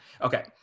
Okay